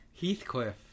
Heathcliff